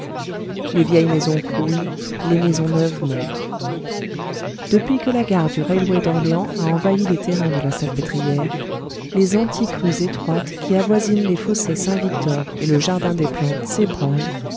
les vieilles maisons croulent les maisons neuves montent depuis que la gare du railway d'orléans a envahi les terrains de la salpêtrière les antiques rues étroites qui avoisinent les fossés saint-victor et le jardin des plantes